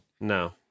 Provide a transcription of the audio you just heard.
no